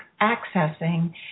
accessing